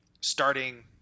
starting